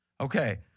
Okay